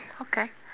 okay